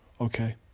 okay